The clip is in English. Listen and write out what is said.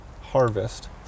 harvest